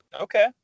Okay